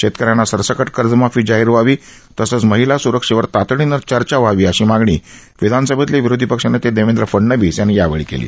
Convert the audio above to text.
शेतकऱ्यांना सरसकट कर्जमाफी जाहीर व्हावी तसंच महिला सुरक्षेवर तातडीनं चर्चा व्हावी अशी मागणी विधानसभेतील विरोधी पक्षनेते देवेंद्र फडणविस यांनी यावेळी केली